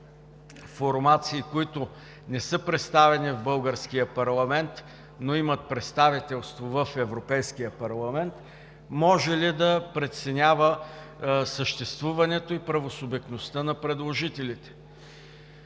формации, които не са представени в българския парламент, но имат представителство в Европейския парламент, може ли да преценява съществуването и правосубектността на предложителите?